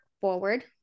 forward